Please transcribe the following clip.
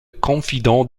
confident